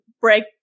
break